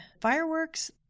fireworks